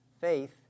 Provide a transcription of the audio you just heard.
Faith